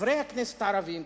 חברי הכנסת הערבים,